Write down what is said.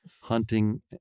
hunting